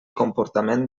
comportament